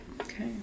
Okay